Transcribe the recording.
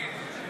(קורא בשמות חברי הכנסת)